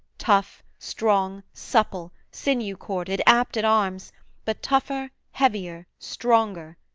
tough, strong, supple, sinew-corded, apt at arms but tougher, heavier, stronger,